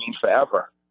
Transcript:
forever